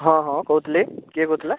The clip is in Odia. ହଁ ହଁ କହୁଥିଲି କିଏ କହୁଥିଲ